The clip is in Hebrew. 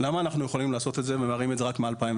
למה אנחנו יכולים לעשות את זה ומראים את זה רק מ-2019.